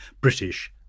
British